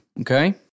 okay